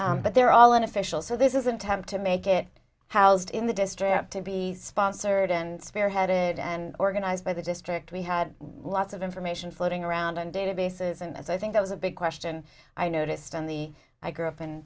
to but they're all unofficial so this is an attempt to make it housed in the district to be sponsored and spearheaded and organized by the district we had lots of information floating around and databases and so i think that was a big question i noticed on the i grew up in